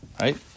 Right